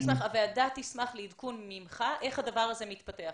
הוועדה תשמח לקבל ממך עדכון איך הדבר הזה מתפתח.